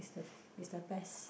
is the is the best